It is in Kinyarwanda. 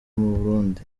burundu